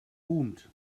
boomt